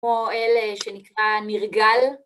כמו אלה שנקרא נרגל.